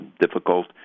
difficult